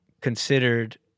considered